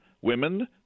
women